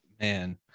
Man